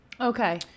Okay